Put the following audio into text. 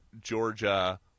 georgia